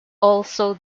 also